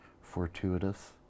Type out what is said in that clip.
fortuitous